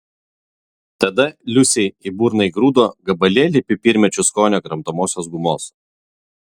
tada liusei į burną įgrūdo gabalėlį pipirmėčių skonio kramtomosios gumos